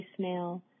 voicemail